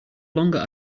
longer